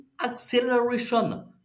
acceleration